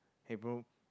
hey bro